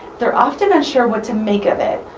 they're often unsure what to make of it,